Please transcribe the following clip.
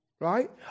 Right